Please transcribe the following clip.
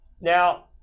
Now